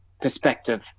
perspective